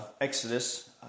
Exodus